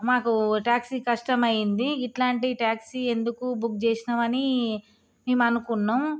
మాకు ట్యాక్సీ కష్టమైంది ఇట్లాంటి ట్యాక్సీ ఎందుకు బుక్ చేసినాం అని మేము అనుకున్నాం